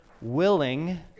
willing